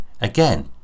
again